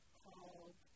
called